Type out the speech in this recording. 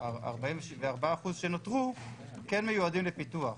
44% שנותרו כן מיועדים לפיתוח.